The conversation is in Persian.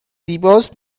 زیباست